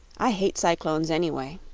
i hate cyclones, anyway.